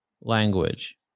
language